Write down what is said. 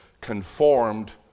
conformed